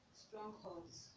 strongholds